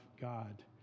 God